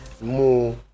more